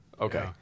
Okay